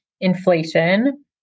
inflation